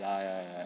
ya ya ya